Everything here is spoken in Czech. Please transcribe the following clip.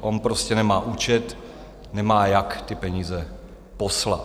On prostě nemá účet, nemá jak ty peníze poslat.